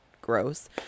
Gross